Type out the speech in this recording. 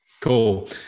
Cool